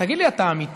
תגיד לי, אתה אמיתי?